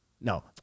No